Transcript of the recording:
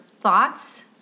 thoughts